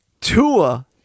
Tua